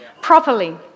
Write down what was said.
properly